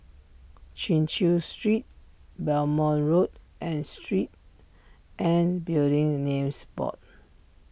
Chin Chew Street Belmont Road and Street and Building the Names Board